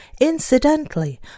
Incidentally